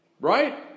Right